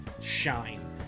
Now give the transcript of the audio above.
shine